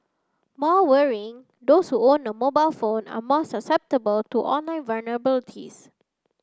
more worrying those own a mobile phone are more susceptible to online vulnerabilities